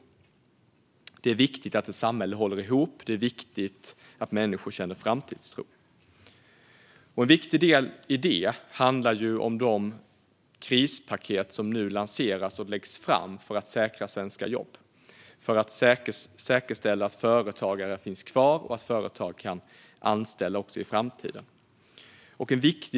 Det är viktigt att ett samhälle håller ihop och att människor känner framtidstro. En viktig del i det handlar om de krispaket som nu lanseras och läggs fram för att säkra svenska jobb, för att säkerställa att företagare finns kvar och kan anställa också i framtiden.